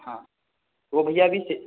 हाँ वो भैया अभी